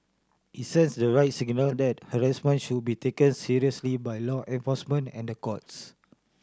it sends the right signal that harassment should be taken seriously by law enforcement and the courts